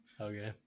okay